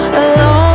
alone